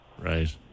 Right